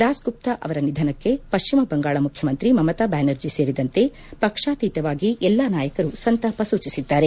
ದಾಸ್ಗುಪ್ತಾ ಅವರ ನಿಧನಕ್ಕೆ ಪಶ್ಚಿಮ ಬಂಗಾಳ ಮುಖ್ಯಮಂತ್ರಿ ಮಮತ ಬ್ಯಾನರ್ಜಿ ಸೇರಿದಂತೆ ಪಕ್ಷಾತೀತವಾಗಿ ಎಲ್ಲಾ ನಾಯಕರು ಸಂತಾಪ ಸೂಚಿಸಿದ್ದಾರೆ